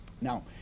Now